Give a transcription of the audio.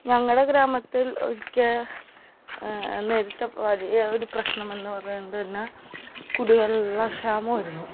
ഞങ്ങളുടെ ഗ്രാമത്തിൽ ഒരിക്കൽ നേരിട്ട വലിയ ഒരു പ്രശ്നമെന്ന് പറയുന്നത് തന്നെ കുടിവെള്ള ക്ഷാമമായിരുന്നു